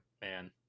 Man